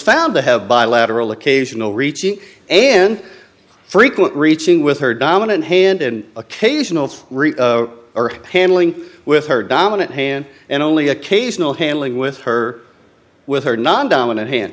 found to have bilateral occasional reaching and frequent reaching with her dominant hand and occasional or handling with her dominant hand and only occasional handling with her with her non dominant hand